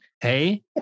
Hey